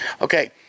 okay